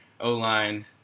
O-line